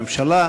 הממשלה.